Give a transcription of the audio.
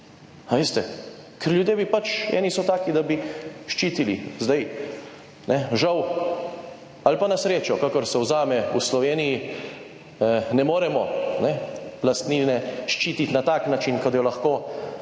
A veste, ker ljudje bi pač, eni so taki, da bi ščitili, zdaj, ne, žal ali pa na srečo, kakor se vzame, v Sloveniji ne moremo, ne, lastnine ščititi na tak način, kot jo lahko prebivalci